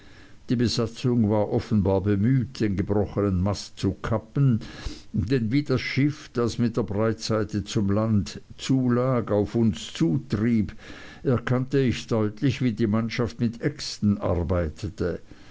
die besatzung war offenbar bemüht den gebrochenen mast zu kappen denn wie das schiff das mit der breitseite zum lande zu lag auf uns zutrieb erkannte ich deutlich wie die mannschaft mit äxten arbeitete